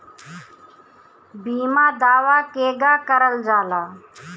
बीमा दावा केगा करल जाला?